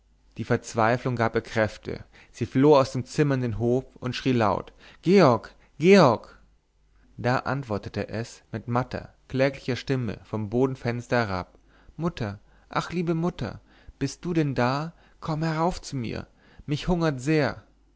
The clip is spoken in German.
die verzweiflung gab ihr kräfte sie floh aus dem zimmer in den hof und schrie laut georg georg da antwortete es mit matter kläglicher stimme vom bodenfenster herab mutter ach liebe mutter bist du denn da komm herauf zu mir mich hungert sehr